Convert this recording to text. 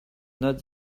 not